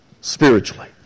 spiritually